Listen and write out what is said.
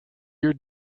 your